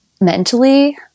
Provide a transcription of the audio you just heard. mentally